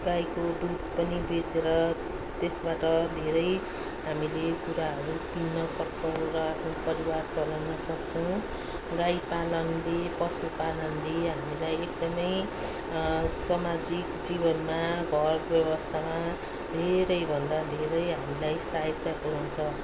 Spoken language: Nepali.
गाईको दुध पनि बेचेर त्यसबाट धेरै हामीले कुराहरू किन्न सक्छौँ र आफ्नो परिवार चलाउन सक्छौँ गाई पालनले पशुपालनले हामीलाई एकदमै समाजिक जीवनमा घर व्यवस्थामा धेरैभन्दा धेरै हामीलाई सहायता पुऱ्याउँछ